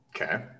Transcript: Okay